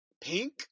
pink